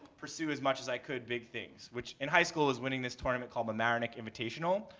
pursue as much as i could big things which in high school was winning this tournament called the marineck invitational.